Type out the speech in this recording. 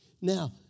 Now